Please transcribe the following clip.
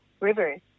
rivers